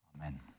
Amen